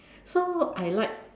so I like